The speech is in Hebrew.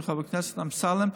של חבר הכנסת אמסלם,